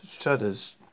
shudders